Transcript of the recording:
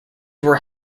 were